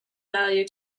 value